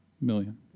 Million